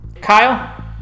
Kyle